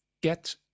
get